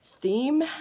Theme